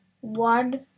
one